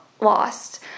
lost